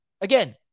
again